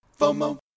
FOMO